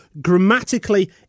grammatically